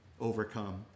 overcome